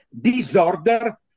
disorder